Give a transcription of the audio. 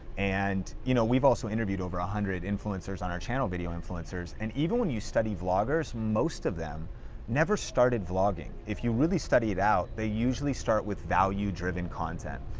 and you know, we've also interviewed over one ah hundred influencers on our channel video influencers, and even when you study vloggers, most of them never started vlogging. if you really study it out, they usually start with value driven content,